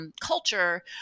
culture